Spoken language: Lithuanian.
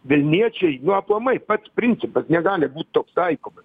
vilniečiai nu aplamai pats principas negali būt toks taikomas